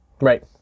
Right